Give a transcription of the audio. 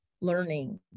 learning